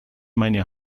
meine